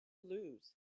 lose